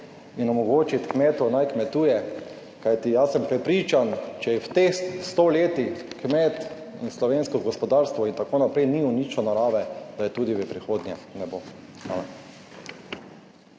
in omogočiti kmetu naj kmetuje, kajti jaz sem prepričan, če je v teh sto letih kmet in slovensko gospodarstvo, in tako naprej, ni uničil narave, da je tudi v prihodnje ne bo.